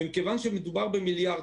ומכיוון שמדובר במיליארדים,